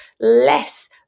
less